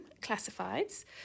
Classifieds